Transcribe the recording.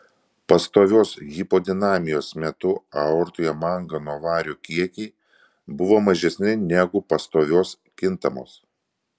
pastovios hipodinamijos metu aortoje mangano vario kiekiai buvo mažesni negu pastovios kintamos